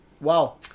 wow